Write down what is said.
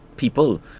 people